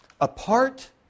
Apart